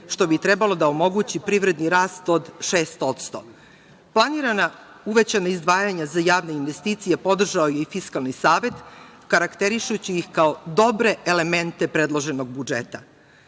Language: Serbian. što bi trebalo da omogući privredni rast od 6%. Planirana uvećana izdvajanja za javne investicije podržao je i Fiskalni savet, karakterišući ih kao dobre elemente predloženog